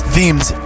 Themes